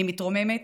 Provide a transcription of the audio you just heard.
אני מתרוממת,